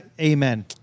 Amen